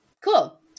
cool